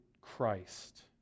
Christ